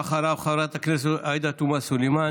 אחריו חברת הכנסת עאידה תומא סלימאן,